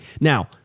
Now